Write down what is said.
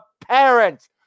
parents